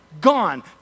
gone